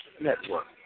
Network